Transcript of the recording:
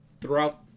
throughout